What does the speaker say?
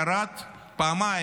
ירד פעמיים,